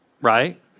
Right